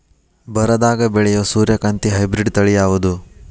ಬರದಾಗ ಬೆಳೆಯೋ ಸೂರ್ಯಕಾಂತಿ ಹೈಬ್ರಿಡ್ ತಳಿ ಯಾವುದು?